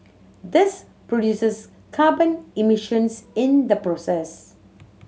this produces carbon emissions in the process